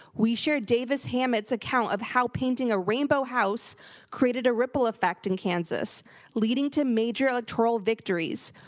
we shared davis hammett's account of how painting a rainbow house created a ripple effect in kansas leading to major electoral victories.